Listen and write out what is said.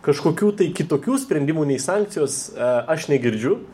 kažkokių tai kitokių sprendimų nei sankcijos aš negirdžiu